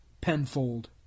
Penfold